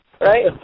right